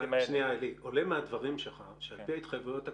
עולה מהדברים שלך שעל פי ההתחייבויות הקיימות,